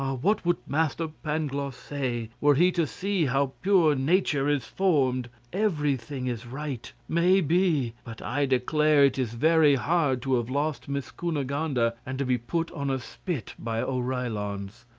what would master pangloss say, were he to see how pure nature is formed? everything is right, may be, but i declare it is very hard to have lost miss cunegonde and and to be put upon a spit by oreillons.